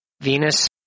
Venus